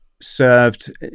served